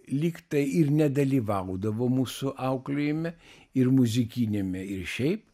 lyg tai ir nedalyvaudavo mūsų auklėjime ir muzikiniame ir šiaip